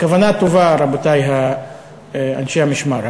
הכוונה טובה, רבותי אנשי המשמר.